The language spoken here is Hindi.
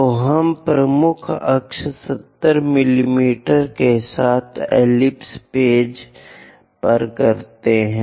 तो हम प्रमुख अक्ष 70 मिमी के साथ एलिप्स पेज पर करते हैं